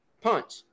punch